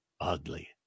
ugly